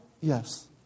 Yes